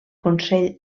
consell